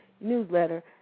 newsletter